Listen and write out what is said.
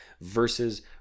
versus